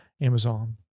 Amazon